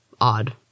odd